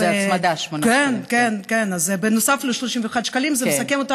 וזה הצמדה, שמונה שקלים.